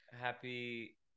Happy